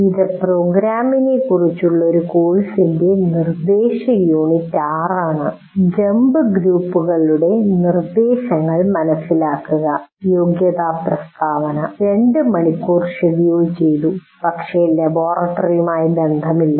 ഇത് പ്രോഗ്രാമിംഗിനെക്കുറിച്ചുള്ള ഒരു കോഴ്സിന്റെ നിർദ്ദേശയൂണിറ്റ് 6 ആണ് "ജമ്പ് ഗ്രൂപ്പുകളുടെ നിർദ്ദേശങ്ങൾ മനസിലാക്കുക" യോഗ്യതാ പ്രസ്താവന 2 മണിക്കൂർ ഷെഡ്യൂൾ ചെയ്തു പക്ഷേ ലബോറട്ടറിയുമായി ബന്ധമില്ല